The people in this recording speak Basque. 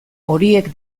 horiek